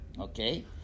Okay